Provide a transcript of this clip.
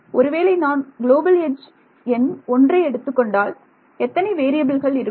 ஒருவேளை நான் global edge எண் 1 ஐ எடுத்துக்கொண்டால் எத்தனை வேறியபில்கள் இருக்கும்